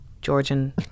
Georgian